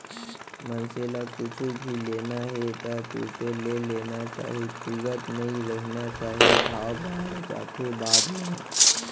मनसे ल कुछु भी लेना हे ता तुरते ले लेना चाही तुगत नइ रहिना चाही भाव बड़ जाथे बाद म